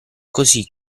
così